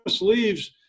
leaves